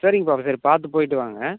சரிங்கப்பா சரி பார்த்து போய்விட்டு வாங்க